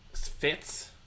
fits